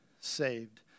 saved